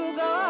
go